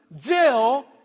Jill